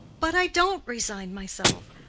but i don't resign myself.